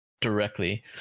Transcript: directly